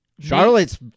Charlotte's